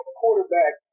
quarterback